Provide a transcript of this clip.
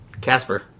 Casper